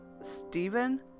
Stephen